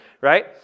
right